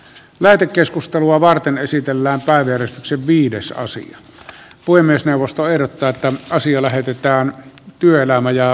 lähetekeskustelua varten esitellään taideveistokset viidessä asia voi myös puhemiesneuvosto ehdottaa että asia lähetetään työelämä ja tasa arvovaliokuntaan